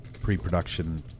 pre-production